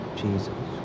jesus